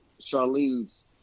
Charlene's